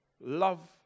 Love